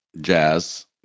jazz